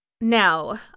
Now